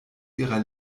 ihrer